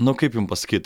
nu kaip jum pasakyt